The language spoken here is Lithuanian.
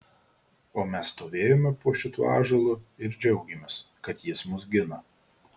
o mes stovėjome po šituo ąžuolu ir džiaugėmės kad jis mus gina